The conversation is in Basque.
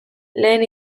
lehen